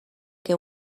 que